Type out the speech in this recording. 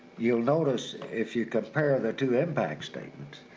you'll notice if you compare the two impact statements,